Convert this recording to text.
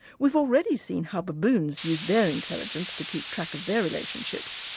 we've already seen how baboons use their intelligence to keep track of their relationships,